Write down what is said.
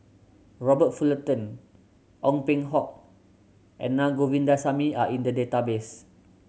Robert Fullerton Ong Peng Hock and Na Govindasamy are in the database